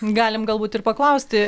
galim galbūt ir paklausti